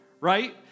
right